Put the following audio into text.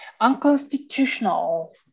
Unconstitutional